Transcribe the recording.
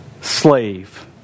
slave